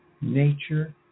nature